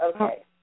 okay